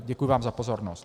Děkuji vám za pozornost.